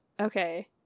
Okay